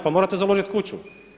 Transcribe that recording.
Pa morate založit kuću.